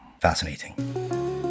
Fascinating